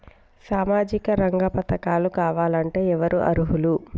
సామాజిక రంగ పథకాలు కావాలంటే ఎవరు అర్హులు?